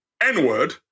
N-word